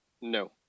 no